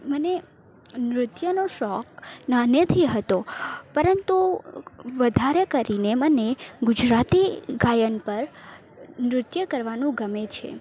મને નૃત્યનો શોખ નાનેથી હતો પરંતુ વધારે કરીને મને ગુજરાતી ગાયન પર નૃત્ય કરવાનું ગમે છે